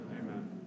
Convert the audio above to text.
Amen